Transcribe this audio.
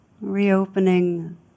reopening